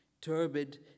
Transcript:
turbid